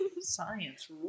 Science